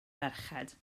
merched